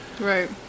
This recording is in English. Right